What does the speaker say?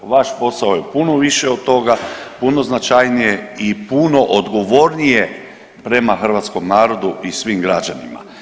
Vaš posao je puno više od toga, puno značajnije i puno odgovornije prema hrvatskom narodu i svim građanima.